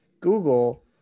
Google